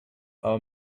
our